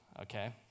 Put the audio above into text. okay